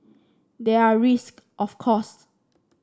there are risk of course